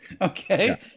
Okay